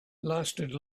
lasted